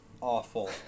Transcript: Awful